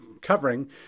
covering